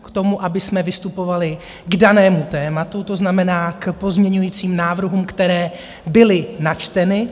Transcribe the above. K tomu, abychom vystupovali k danému tématu, to znamená, k pozměňovacím návrhům, které byly načteny.